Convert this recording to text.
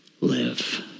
live